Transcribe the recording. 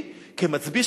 כמצביא,